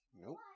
Nope